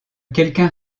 quelqu’un